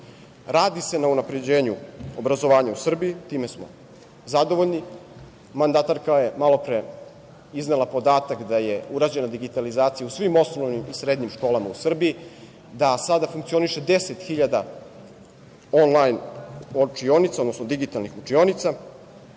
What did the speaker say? Radi se na unapređenju obrazovanja u Srbiji, time smo zadovoljni. Mandatarka je malopre iznela podatak da je urađena digitalizacija u svim osnovnim i srednjim školama u Srbiji, da sada funkcioniše 10.000 onlajn učionica, odnosno digitalnih učionica